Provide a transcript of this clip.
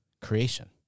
creation